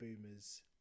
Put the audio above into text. boomers